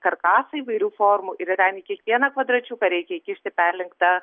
karkasai įvairių formų ir yra į kiekvieną kvadračiuką reikia įkišti perlenktą